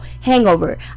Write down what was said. hangover